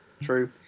true